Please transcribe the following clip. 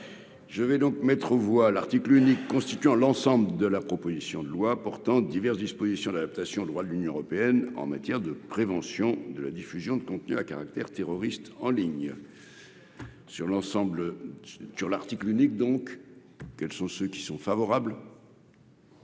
je vais donc mettre aux voix l'article unique constituant l'ensemble de la proposition de loi portant diverses dispositions d'adaptation au droit de l'Union européenne en matière de prévention de la diffusion de contenus à caractère terroriste en ligne sur l'ensemble sur l'article unique donc, quels sont ceux qui sont favorables.